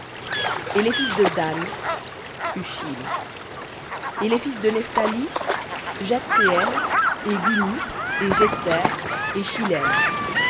et les fils de dan him et les fils de nephthali jahtseël et guni et jétser et shillem